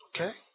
Okay